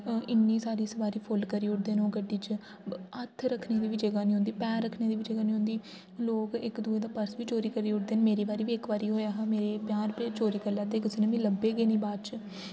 इ'न्नी सारी सवारी फुल करी ओड़दे न ओह् गड्डी च हत्थ रखने दी बी जगह् निं होंदी पैर रखने दी बी जगह् निं होंदी लोग इक दूऐ दा पर्स बी चोरी करी ओड़दे न मेरी बारी बी इक बारी होया हा मेरे पंजाह् रुपए चोरी करी लैते कुसै ने मिगी लब्भे गै निं बाच